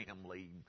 family